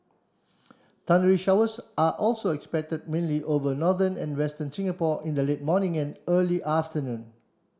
thundery showers are also expected mainly over northern and western Singapore in the late morning and early afternoon